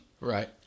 Right